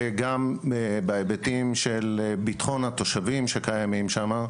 ובהיבטים של ביטחון התושבים שנמצאים שם,